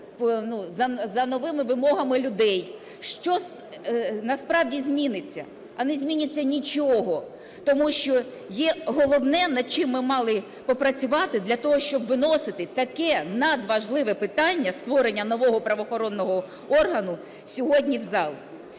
за новими вимогами людей, що насправді зміниться? А не зміниться нічого. Тому що є головне, над чим ми мали попрацювати для того, щоб виносити таке надважливе питання – створення нового правоохоронного органу – сьогодні в зал.